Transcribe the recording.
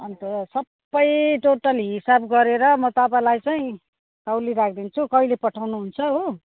अन्त सबै टोटल हिसाब गरेर म तपाईँलाई चाहिँ तौली राखिदिन्छु कहिले पठाउनु हुन्छ हो